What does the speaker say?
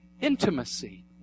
intimacy